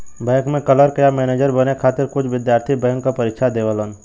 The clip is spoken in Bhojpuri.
बैंक में क्लर्क या मैनेजर बने खातिर कुछ विद्यार्थी बैंक क परीक्षा देवलन